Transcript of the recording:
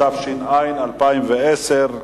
התש"ע 2010,